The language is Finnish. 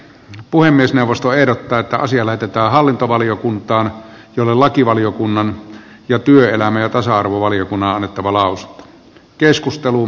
puhemiesneuvosto ehdottaa että asia lähetetään hallintovaliokuntaan jolle lakivaliokunnan ja työelämä ja tasa arvovaliokunnan on annettava lausunto